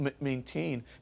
maintain